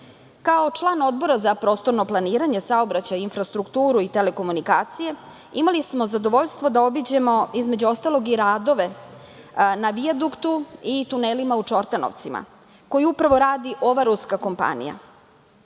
član Odbora za prostorno planiranje, saobraćaj, infrastrukturu i telekomunikacije imali smo zadovoljstvo da obiđemo između ostalog i radove na vijaduktu i tunelima u Čortanovcima koji upravo radi ova ruska kompanija.